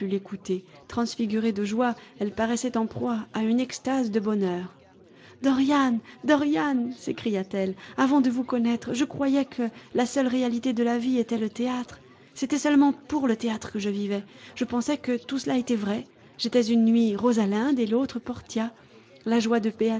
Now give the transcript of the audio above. l'écouter transfigurée de joie elle paraissait en proie à une extase de bonheur dorian dorian s'écria-t-elle avant de vous connaître je croyais que la seule réalité jde la vie était le théâtre c'était seulement pour le théâtre que je vivais je pensais que tout cela était vrai j'étais une nuit rosalinde et l'autre portia la joie de